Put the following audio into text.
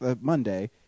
Monday